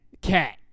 Cat